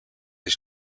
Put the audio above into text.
his